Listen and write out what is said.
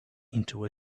into